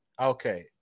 Okay